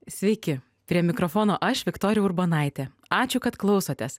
sveiki prie mikrofono aš viktorija urbonaitė ačiū kad klausotės